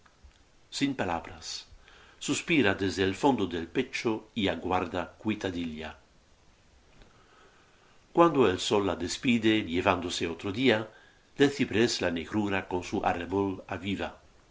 sin palabras suspira desde el fondo del pecho y aguarda cuitadilla cuando el sol la despide llevándose otro día del ciprés la negrura con su arrebol